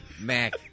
Mac